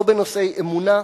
לא בנושאי אמונה,